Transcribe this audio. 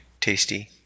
Tasty